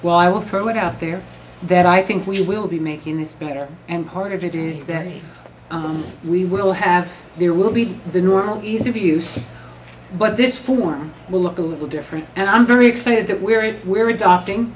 well i will throw it out there that i think we will be making this better and part of it is that we will have there will be the normal ease of use but this form will look a little different and i'm very excited that we're we're adopting